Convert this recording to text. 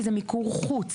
כי זה מיקור חוץ.